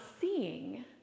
seeing